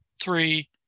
Three